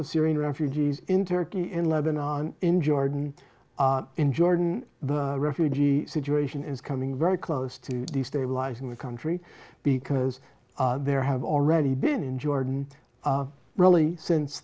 of syrian refugees in turkey in lebanon in jordan in jordan the refugee situation is coming very close to the stabilizing the country because there have already been in jordan really since